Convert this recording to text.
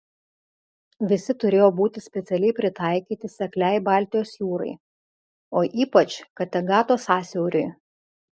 visi turėjo būti specialiai pritaikyti sekliai baltijos jūrai o ypač kategato sąsiauriui